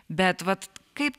bet vat kaip